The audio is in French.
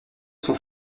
son